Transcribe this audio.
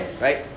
right